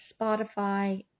Spotify